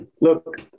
Look